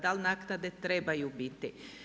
Da li naknade trebaju biti.